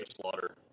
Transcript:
Slaughter